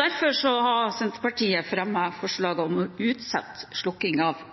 Derfor har Senterpartiet fremmet forslag om å utsette slukking av